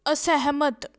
ਅਸਹਿਮਤ